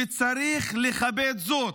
וצריך לכבד זאת,